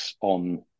on